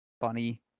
funny